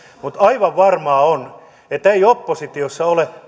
mutta aivan varmaa on että ei oppositiossa ole